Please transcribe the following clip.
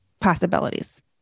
possibilities